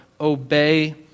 obey